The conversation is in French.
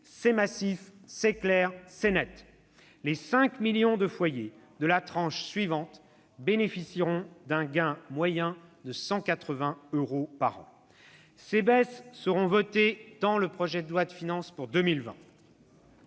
C'est massif, c'est clair, c'est net. Les 5 millions de foyers de la tranche suivante bénéficieront d'un gain moyen de 180 euros. Ces baisses seront votées dans le projet de loi de finances pour 2020.